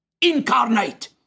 incarnate